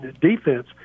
defense